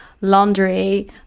laundry